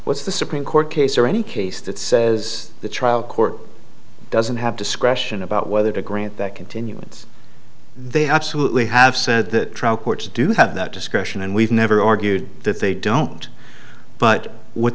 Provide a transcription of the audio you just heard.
was the supreme court case or any case that says the trial court doesn't have discretion about whether to grant that continuance they absolutely have said that trial courts do have that discretion and we've never argued that they don't but what